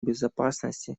безопасности